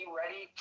ready